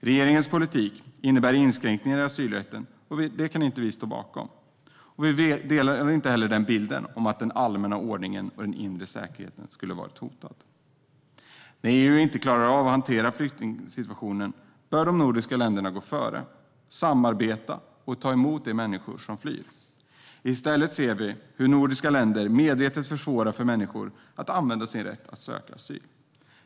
Regeringens politik innebär inskränkningar i asylrätten som vi inte kan stå bakom. Vi delar inte heller bilden av att den allmänna ordningen och inre säkerheten har varit hotad. När EU inte klarar av att hantera flyktingsituationen bör de nordiska länderna gå före och samarbeta om att ta emot de människor som flyr. I stället ser vi hur de nordiska länderna medvetet har försvårat för människor att använda sin rätt att söka asyl.